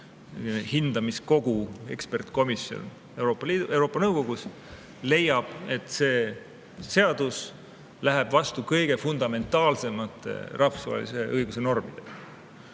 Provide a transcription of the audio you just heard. hindamiskogu, ekspertkomisjon Euroopa Nõukogus, leiab, et see seadus läheb vastu[ollu] kõige fundamentaalsemate rahvusvahelise õiguse normidega,